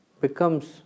becomes